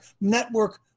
network